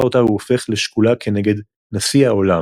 אותה הוא הופך לשקולה כנגד "נשיא העולם",